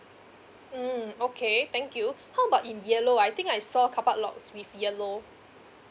mm okay thank you how about in yellow I think I saw car park lots with yellow